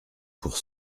pour